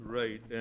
right